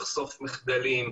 תחשוף מחדלים.